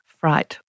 fright